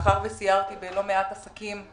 סיירתי בלא מעט עסקים,